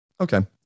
Okay